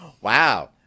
wow